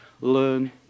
learn